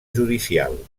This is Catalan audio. judicial